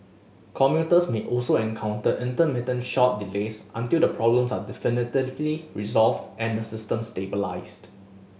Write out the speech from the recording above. commuters may also encounter intermittent short delays until the problems are definitively resolved and the system stabilised